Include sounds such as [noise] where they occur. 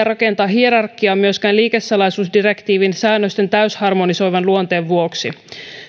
[unintelligible] rakentaa hierarkiaa myöskään liikesalaisuusdirektiivin säännösten täysharmonisoivan luonteen vuoksi